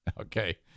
Okay